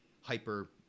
hyper